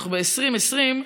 ואנחנו ב-2020,